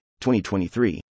2023